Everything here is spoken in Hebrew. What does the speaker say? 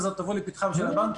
הקרן הזאת תבוא לפתחם של הבנקים.